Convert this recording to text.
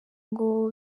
ngo